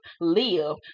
live